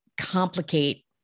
complicate